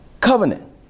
Covenant